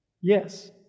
Yes